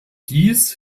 dies